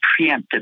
preemptive